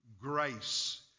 grace